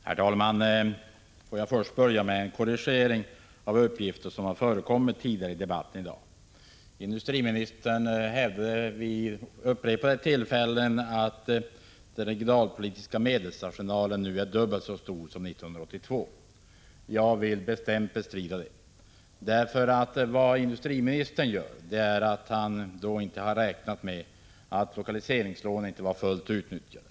Herr talman! Låt mig börja med en korrigering av uppgifter som har förekommit tidigare i debatten i dag. Industriministern hävdade vid upprepade tillfällen att den regionalpolitiska medelsarsenalen nu är dubbelt så stor som 1982. Jag vill bestämt bestrida det. Industriministern har då inte räknat med att lokaliseringslånen inte var fullt utnyttjade.